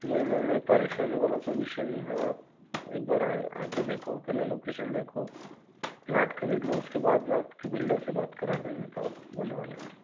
नहीं नहीं नहीं परेशानी वाला कोई विषय नहीं है आप एक बार आएँ आकर देखो पहले लोकेशन देखो प्लाट खरीद लो उसके बाद मैं आपकी बिल्डर से बात करा देंगे तो आप बनवा लेना